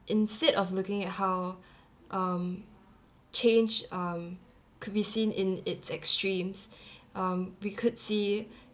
instead of looking at how um change um could be seen in its extremes um we could see